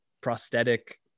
prosthetic